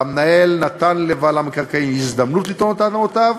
והמנהל נתן לבעל המקרקעין הזדמנות לטעון את טענותיו,